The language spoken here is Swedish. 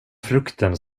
frukten